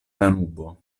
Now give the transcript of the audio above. danubo